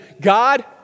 God